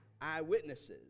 eyewitnesses